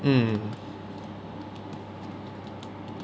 mm